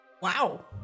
Wow